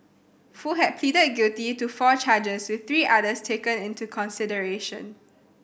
foo had pleaded guilty to four charges with three others taken into consideration